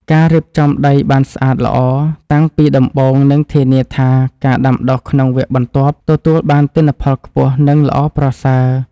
ការរៀបចំដីបានល្អតាំងពីដំបូងនឹងធានាថាការដាំដុះក្នុងវគ្គបន្ទាប់ទទួលបានទិន្នផលខ្ពស់ និងល្អប្រសើរ។